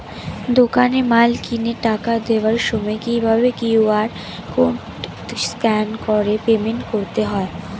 দোকানে মাল কিনে টাকা দেওয়ার সময় কিভাবে কিউ.আর কোড স্ক্যান করে পেমেন্ট করতে হয়?